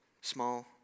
Small